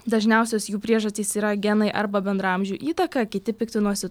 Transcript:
dažniausios jų priežastys yra genai arba bendraamžių įtaka kiti piktinosi